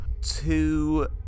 two